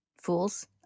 Fools